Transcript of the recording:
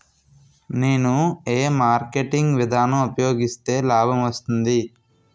నేను ఏ మార్కెటింగ్ విధానం ఉపయోగిస్తే లాభం వస్తుంది?